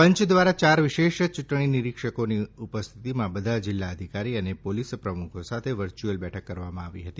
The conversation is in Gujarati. પંચ ધ્વારા યાર વિશેષ યુંટણી નીરીક્ષકોની ઉપસ્થિતિમાં બધા જીલ્લા અધિકારી અને પોલીસ પ્રમુખો સાથે વર્ચ્યુઅલ બેઠક કરવામાં આવી હતી